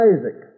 Isaac